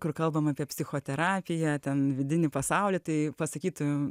kur kalbam apie psichoterapiją ten vidinį pasaulį tai pasakytų